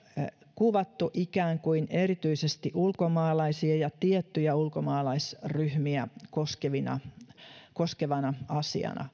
kuvattu ikään kuin erityisesti ulkomaalaisia ja tiettyjä ulkomaalaisryhmiä koskevana koskevana asiana